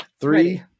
Three